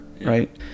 right